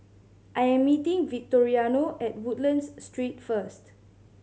I am meeting Victoriano at Woodlands Street first